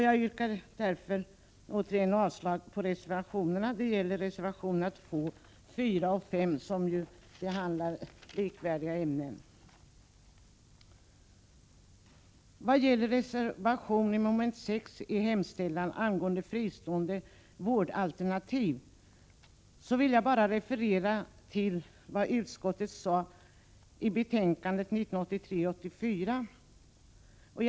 Jag yrkar återigen avslag på reservationerna 2, 3 och 4 som behandlar likartade ämnen. Vad gäller reservation 5 vid mom. 6 i hemställan angående fristående vårdalternativ vill jag bara referera till vad utskottet sade i betänkandet 1983/84:1.